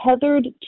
tethered